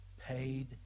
paid